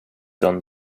done